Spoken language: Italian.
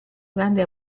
grande